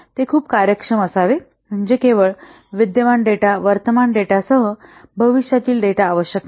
ते खूप कार्यक्षम असावे म्हणजे केवळ विद्यमान डेटा वर्तमान डेटासह भविष्यातील डेटा आवश्यक नाही